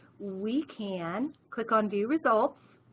we can click on view results